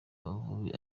amavubi